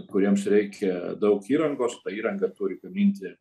kuriems reikia daug įrangos tą įrangą turi gaminti